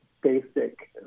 basic